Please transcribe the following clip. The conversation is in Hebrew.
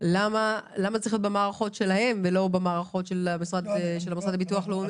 למה זה צריך להיות במערכות שלהם ולא במערכות של המוסד לביטוח לאומי?